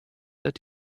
that